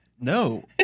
No